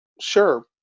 sure